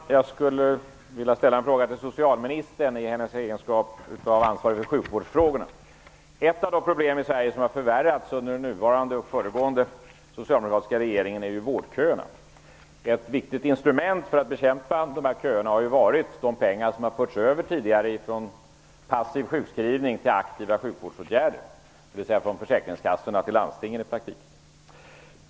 Fru talman! Jag skulle vilja ställa en fråga till socialministern, som ansvarig för sjukvårdsfrågorna. Ett av de problem i Sverige som har förvärrats under den föregående och den nuvarande socialdemokratiska regeringen är vårdköerna. Ett viktigt instrument för att bekämpa dessa köer har ju varit de pengar som tidigare har förts över från passiv sjukskrivning till aktiva sjukvårdsåtgärder, dvs. i praktiken från försäkringskassorna till landstingen.